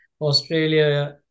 Australia